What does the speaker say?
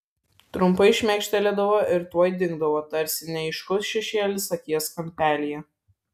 trumpai šmėkštelėdavo ir tuoj dingdavo tarsi neaiškus šešėlis akies kampelyje